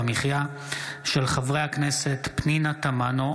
בהצעתם של חברי הכנסת פנינה תמנו,